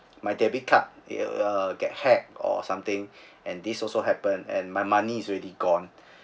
my debit card uh get hacked or something and this also happened and my money is already gone